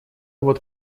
вот